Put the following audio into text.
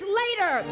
later